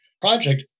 project